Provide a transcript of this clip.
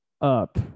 up